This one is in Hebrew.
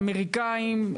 אמריקאים,